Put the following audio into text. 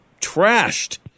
trashed